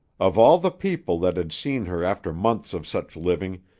of all the people that had seen her after months of such living,